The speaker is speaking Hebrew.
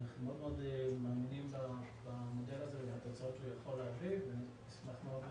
אנחנו מאוד מאמינים במודל הזה ובתוצאות שהוא יכול להביא ונשמח מאוד...